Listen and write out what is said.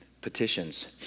petitions